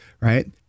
right